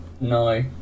No